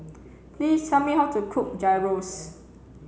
please tell me how to cook Gyros